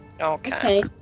Okay